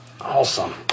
Awesome